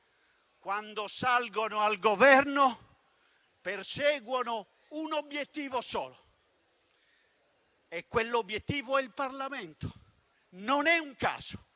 quando salgono al Governo perseguono un obiettivo solo. E quell'obiettivo è il Parlamento. Non è un caso